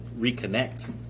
reconnect